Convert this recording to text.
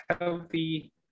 healthy